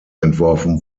entworfen